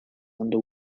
under